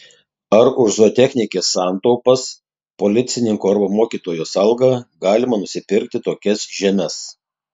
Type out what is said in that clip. ar už zootechnikės santaupas policininko arba mokytojos algą galima supirkinėti tokias žemes